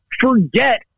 Forget